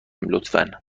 لطفا